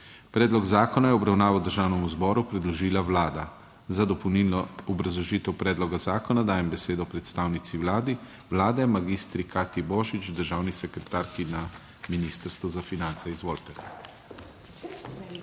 Predlog zakona je v obravnavo Državnemu zboru predložila Vlada. Za dopolnilno obrazložitev predloga zakona dajem besedo predstavnici Vlade magistri Katji Božič, državni sekretarki na Ministrstvu za finance. Izvolite.